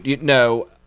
no